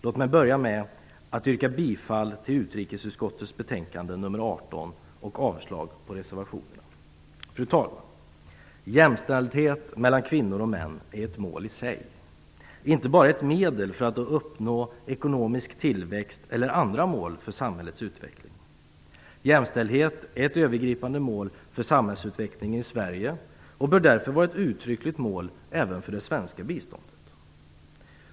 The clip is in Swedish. Låt mig börja med att yrka bifall till hemställan i utrikesutskottets betänkande nr 18 och avslag på reservationerna. Fru talman! Jämställdhet mellan kvinnor och män är ett mål i sig. Det är inte bara ett medel för att uppnå ekonomisk tillväxt eller andra mål för samhällets utveckling. Jämställdhet är ett övergripande mål för samhällsutvecklingen i Sverige och bör därför vara ett uttryckligt mål även för det svenska biståndet.